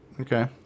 Okay